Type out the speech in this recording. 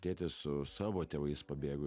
tėtis su savo tėvais pabėgo